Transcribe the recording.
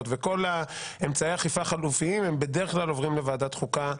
וכל אמצעי האכיפה החלופיים בדרך כלל עוברים לוועדת החוקה.